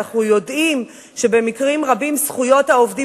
ואנחנו יודעים שבמקרים רבים זכויות העובדים